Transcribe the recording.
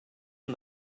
and